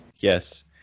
Yes